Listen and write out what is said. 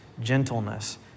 gentleness